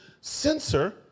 censor